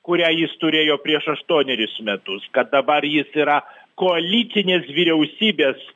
kurią jis turėjo prieš aštuonerius metus kad dabar jis yra koalicinės vyriausybės